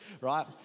right